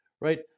Right